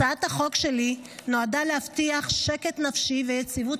הצעת החוק שלי נועדה להבטיח שקט נפשי ויציבות